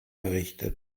errichtet